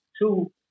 two